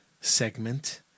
segment